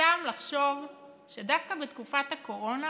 סתם לחשוב שדווקא בתקופת הקורונה